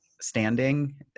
standing